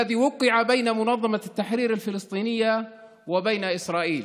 ונחתם בין ארגון השחרור הפלסטיני ובין ישראל.